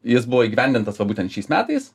jis buvo įgyvendintas va būtent šiais metais